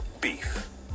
beef